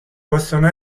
possono